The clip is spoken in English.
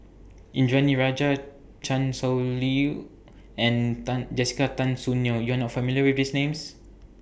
Indranee Rajah Chan Sow Lin and Tan Jessica Tan Soon Neo YOU Are not familiar with These Names